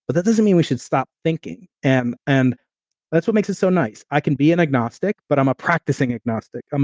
but that doesn't mean we should stop thinking and and that's what makes us so nice. i can be and agnostic but i'm a practicing agnostic.